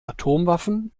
atomwaffen